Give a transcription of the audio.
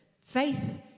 Faith